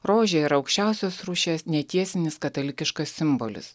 rožė yra aukščiausios rūšies netiesinis katalikiškas simbolis